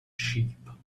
sheep